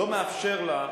לא מאפשר לה,